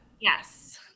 Yes